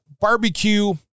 barbecue